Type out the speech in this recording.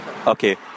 Okay